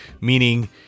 meaning